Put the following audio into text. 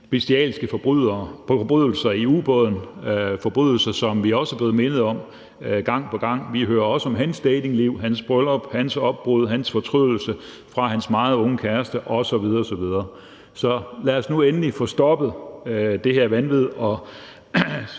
bestialske forbrydelse i ubåden – en forbrydelse, som vi også er blevet mindet om gang på gang. Vi hører også om hans datingliv, hans bryllup, hans opbrud, hans brud med sin meget unge kæreste osv. osv. Så lad os nu endelig få stoppet det her vanvid og